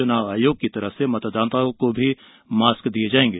चुनाव आयोग की ओर से भी मतदाताओं को मास्क दिये जायेंगे